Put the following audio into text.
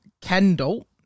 kendall